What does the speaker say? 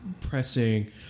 pressing